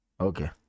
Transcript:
Okay